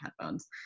headphones